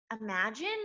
imagine